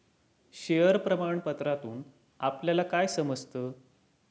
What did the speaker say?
Share प्रमाण पत्रातून आपल्याला काय समजतं?